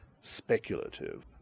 speculative